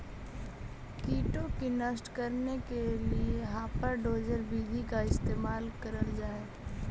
कीटों को नष्ट करने के लिए हापर डोजर विधि का इस्तेमाल करल जा हई